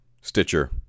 Stitcher